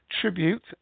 tribute